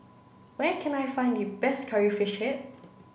where can I find the best curry fish head